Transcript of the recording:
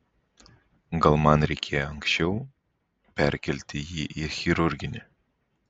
gal man reikėjo anksčiau perkelti jį į chirurginį